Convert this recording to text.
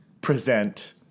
present